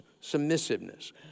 Submissiveness